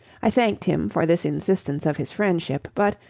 i thanked him for this instance of his friendship but,